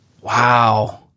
Wow